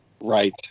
right